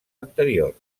anterior